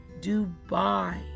Dubai